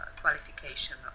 qualification